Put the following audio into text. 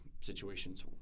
situations